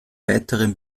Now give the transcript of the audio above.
weiteren